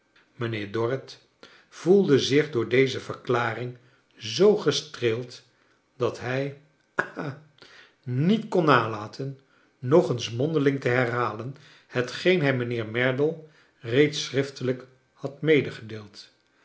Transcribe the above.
mijnheer dorrit voelde zich door deze verklaring zoo gestreeld dat hij ha niet kon nalaten nog eens mondeling te herhalen hetgeen hij mijnheer merdle reeds schriftelijk had